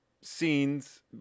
scenes